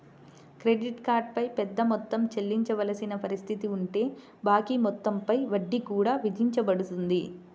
credit card పై పెద్ద మొత్తం చెల్లించవలసిన పరిస్థితి ఉంటే బాకీ మొత్తం పై వడ్డీ కూడా విధించబడుతుంది